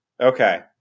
Okay